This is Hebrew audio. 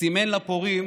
סימן לפורעים